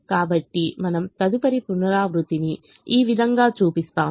కాబట్టిమనము తదుపరి పునరావృత్తిని ఈ విధంగా చూపిస్తాము